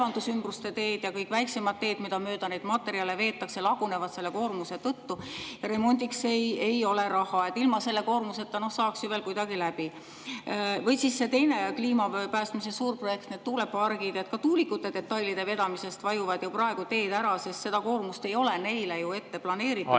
teed ja kõik väiksemad teed, mida mööda neid materjale veetakse, lagunevad selle koormuse tõttu. Remondiks ei ole raha. Ilma selle koormuseta oleks veel kuidagi hakkama saanud. Või siis see teine kliimapäästmise suurprojekt, need tuulepargid. Ka tuulikute detailide vedamise tõttu vajuvad praegu teed ära, sest seda koormust ei ole neile ju planeeritud,